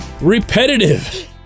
repetitive